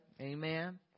amen